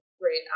great